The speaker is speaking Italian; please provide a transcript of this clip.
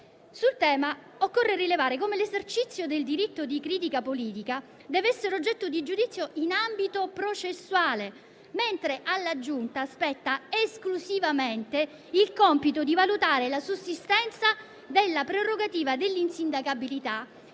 Sul tema occorre rilevare come l'esercizio del diritto di critica politica deve essere oggetto di giudizio in ambito processuale, mentre alla Giunta spetta esclusivamente il compito di valutare la sussistenza della prerogativa dell'insindacabilità